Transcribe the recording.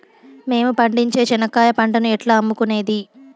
మేము పండించే చెనక్కాయ పంటను ఎట్లా అమ్ముకునేది?